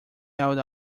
held